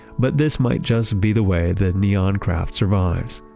but this might just be the way that neon craft survives.